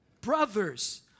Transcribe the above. Brothers